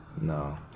no